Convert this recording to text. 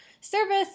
service